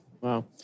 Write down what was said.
Wow